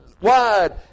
wide